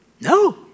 No